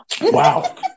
wow